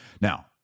Now